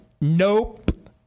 Nope